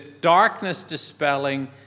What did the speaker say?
darkness-dispelling